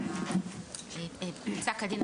פסק הדין,